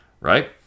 right